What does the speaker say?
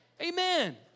Amen